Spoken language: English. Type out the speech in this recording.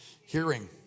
hearing